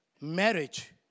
Marriage